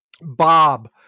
Bob